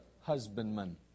husbandman